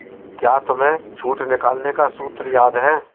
क्या तुम्हें छूट निकालने का सूत्र याद है?